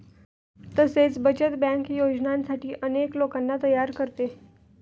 तसेच बचत बँक योजनांसाठी अनेक लोकांना तयार करते